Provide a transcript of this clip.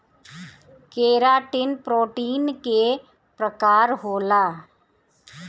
keratin protein के प्रकार होला